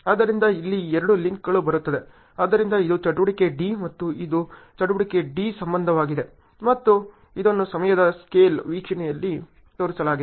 ಆದ್ದರಿಂದ ಇಲ್ಲಿ ಎರಡು ಲಿಂಕ್ಗಳನ್ನು ಬರುತ್ತಿದೆ ಆದ್ದರಿಂದ ಇದು ಚಟುವಟಿಕೆ D ಮತ್ತು ಇದು ಚಟುವಟಿಕೆ D ಸಂಬಂಧವಾಗಿದೆ ಮತ್ತು ಇದನ್ನು ಸಮಯದ ಸ್ಕೇಲ್ ವೀಕ್ಷಣೆಯಲ್ಲಿ ತೋರಿಸಲಾಗಿದೆ